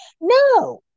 No